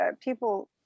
people